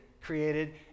created